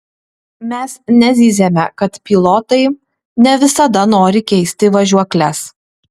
mes nezyziame kad pilotai ne visada nori keisti važiuokles